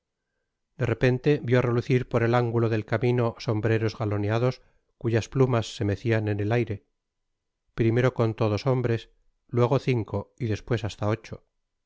de repente vió relucir por el ángulo det camino sombreros galoneados cuyas plumas se mecian en el aire primero contó dos hombres luego cinco y despues hasta ocho